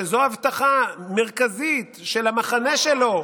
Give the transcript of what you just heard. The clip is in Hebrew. שזו הבטחה מרכזית של המחנה שלו,